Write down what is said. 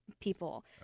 people